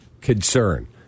concern